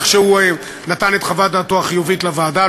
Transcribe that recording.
שהוא נתן את חוות דעתו החיובית לוועדה.